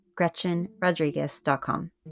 gretchenrodriguez.com